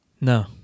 no